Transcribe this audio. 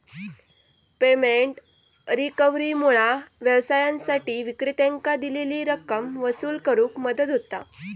payment रिकव्हरीमुळा व्यवसायांसाठी विक्रेत्यांकां दिलेली रक्कम वसूल करुक मदत होता